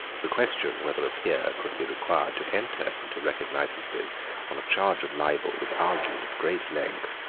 the question whether a peer could be required to enter into recognisances on a charge of libel was argued at great length,